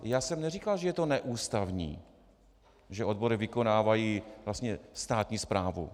Já jsem neříkal, že je to neústavní, že odbory vykonávají vlastně státní správu.